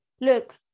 look